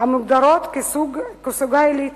המוגדרות "סוגה עילית".